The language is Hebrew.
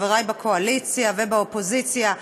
חברי בקואליציה ובאופוזיציה,